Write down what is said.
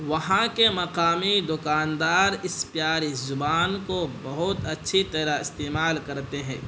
وہاں کے مقامی دکاندار اس پیاری زبان کو بہت اچھی طرح استعمال کرتے ہیں